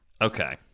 Okay